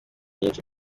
nyinshi